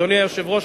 אדוני היושב-ראש,